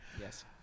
Yes